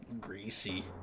Greasy